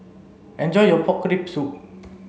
enjoy your pork rib soup